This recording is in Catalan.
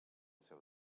seu